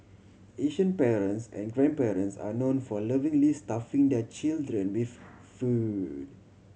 Asian parents and grandparents are known for lovingly stuffing their children with food